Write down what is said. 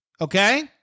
Okay